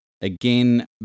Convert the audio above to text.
again